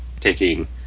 taking